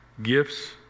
Gifts